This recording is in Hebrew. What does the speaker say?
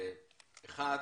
אחת,